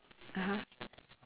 (uh huh)